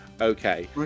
okay